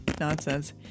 Nonsense